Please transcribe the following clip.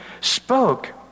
spoke